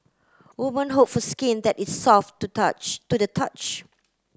woman hope for skin that is soft to touch to the touch